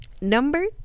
Number